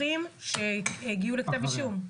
המודחים שהגיעו לכתב אישום?